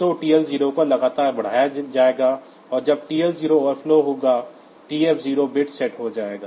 तो TL0 को लगातार बढ़ाया जाएगा और जब TL0 ओवरफ्लो होगा TF0 बिट सेट हो जाएगा